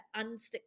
unstick